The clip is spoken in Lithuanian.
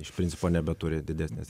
iš principo nebeturi didesnės